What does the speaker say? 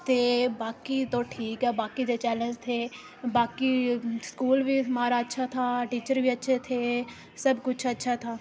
ते बाकी तो ठीक ऐ बाकी जो चैलिंज थे बाकी स्कूल बी हमारा अच्छा था टीचर बी अच्छे थे सब कुछ अच्छा था